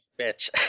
bitch